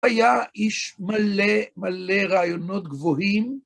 היה איש מלא מלא רעיונות גבוהים.